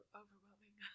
overwhelming